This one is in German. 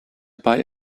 bei